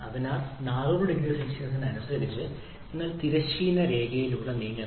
അതിനാൽ 4000 സിക്ക് അനുസരിച്ച് നിങ്ങൾ തിരശ്ചീന രേഖയിലൂടെ നീങ്ങുന്നു